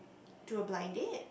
do a blind date